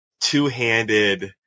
two-handed